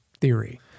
theory